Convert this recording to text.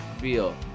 feel